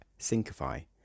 Syncify